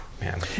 man